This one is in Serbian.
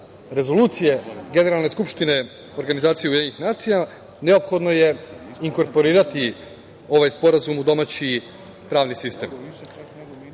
Rezolucije Generalne skupštine Organizacije UN, neophodno je inkorporirati ovaj sporazum u domaći pravni sistem. Borba